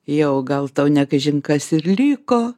jau gal tau ne kažin kas ir liko